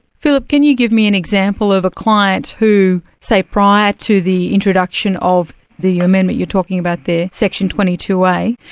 philip can you give me an example of a client who say prior to the introduction of the amendment you're talking about there, section twenty two a,